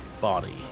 body